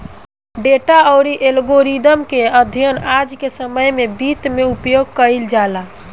data अउरी algorithm के अध्ययन आज के समय में वित्त में उपयोग कईल जाला